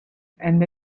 then